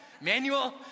Manual